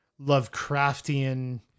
Lovecraftian